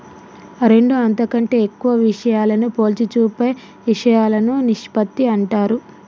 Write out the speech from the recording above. రెండు అంతకంటే ఎక్కువ విషయాలను పోల్చి చూపే ఇషయాలను నిష్పత్తి అంటారు